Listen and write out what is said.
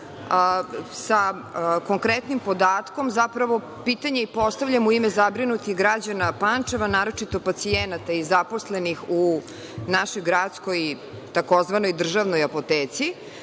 sa konkretnim podatkom, zapravo pitanje postavljam u ime zabrinutih građana Pančeva, naročito pacijenata i zaposlenih u našoj gradskoj, takozvanoj državnoj apoteci. Konkretno